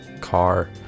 car